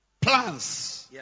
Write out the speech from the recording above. Plans